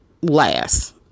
last